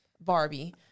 Barbie